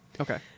Okay